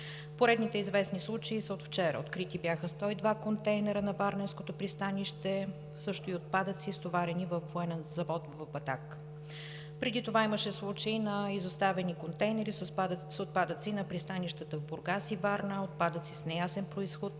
Поредните известни случаи са от вчера – открити бяха 102 контейнера на Варненското пристанище, също и отпадъци, стоварени във военен завод в Батак. Преди това имаше случаи на изоставени контейнери с отпадъци на пристанищата в Бургас и Варна, отпадъци с неясен произход